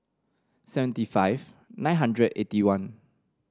seventy five nine hundred eighty one